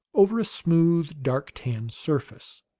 over a smooth, dark tan surface.